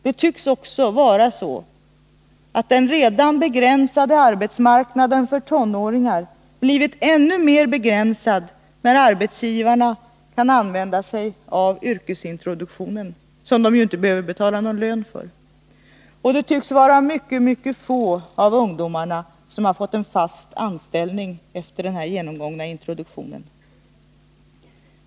Det tycks också vara så, att den redan begränsade arbetsmarknaden för tonåringar blivit ännu mer begränsad när arbetsgivarna kan använda yrkesintroduktionen, som de ju inte behöver betala någon lön för. Och det tycks vara mycket få av ungdomarna som har fått en fast anställning efter genomgången introduktion.